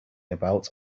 about